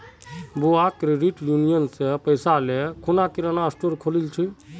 बुआ credit union स पैसा ले खूना किराना स्टोर खोलील छ